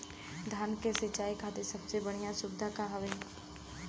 धान क सिंचाई खातिर सबसे बढ़ियां सुविधा का हवे?